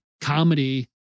comedy